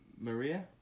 Maria